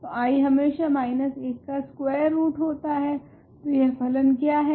तो i हमेशा 1 का स्कवेर रूट होता है तो यह फलन क्या है